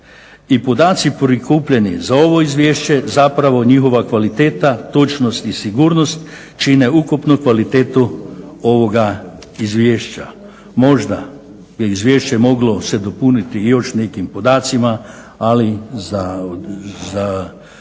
i podaci prikupljeni za ovo izvješće, zapravo njihova kvaliteta, točnost i sigurnost čine ukupnu kvalitetu ovoga izvješća. Možda je izvješće moglo se dopuniti još nekim podacima ali za